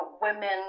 Women